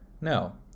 No